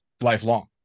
lifelong